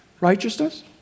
righteousness